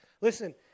Listen